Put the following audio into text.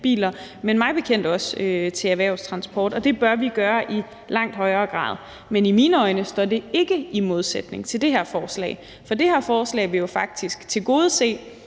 men mig bekendt også til erhvervstransport. Og det bør vi gøre i langt højere grad. Men i mine øjne står det ikke i modsætning til det her forslag, for det her forslag vil jo faktisk tilgodese